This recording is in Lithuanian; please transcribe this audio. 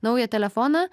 naują telefoną